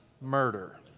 murder